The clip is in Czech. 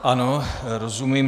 Ano, rozumím.